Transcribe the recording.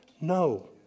No